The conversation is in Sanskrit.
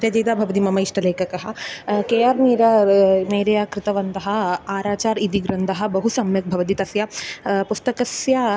त्यक्ता भवति मम इष्टलेखकः के आर् मीरा मेरिया कृतवन्तः आर् आचार् इति ग्रन्थः बहु सम्यक् भवति तस्य पुस्तकस्य